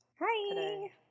Hi